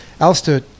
Alistair